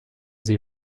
sie